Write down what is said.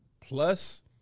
Plus